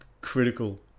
critical